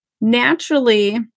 naturally